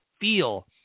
feel